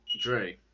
Dre